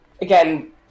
Again